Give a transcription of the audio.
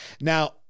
Now